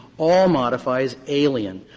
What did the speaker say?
all modifies alien.